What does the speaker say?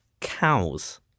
cows